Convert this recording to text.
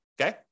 okay